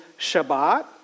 Shabbat